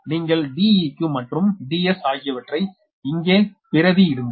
நீங்கள் 𝐷𝑒q மற்றும் 𝐷𝑠 ஆகியவற்றை இங்கே பிரதியிடுங்கள்